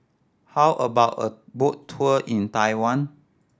how about a boat tour in Taiwan